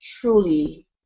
truly